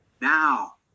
now